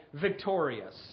victorious